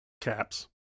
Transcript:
Caps